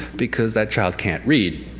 because that child can't read.